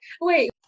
wait